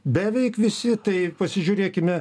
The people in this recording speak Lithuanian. beveik visi tai pasižiūrėkime